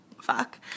fuck